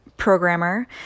programmer